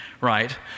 right